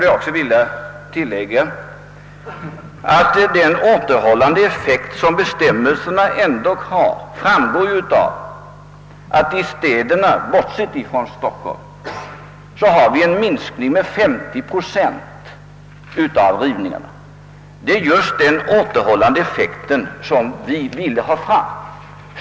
Jag vill tillägga att bestämmelsernas återhållande effekt ändå framgår av att vi i städerna — bortsett från Stockholm — kan notera en minskning av rivningarna med 50 procent. Det är just den återhållande effekten som vi ville få fram.